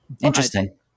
Interesting